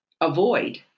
avoid